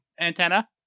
antenna